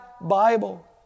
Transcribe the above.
Bible